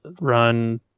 run